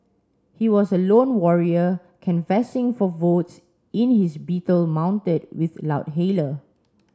he was a lone warrior canvassing for votes in his beetle mounted with loudhailer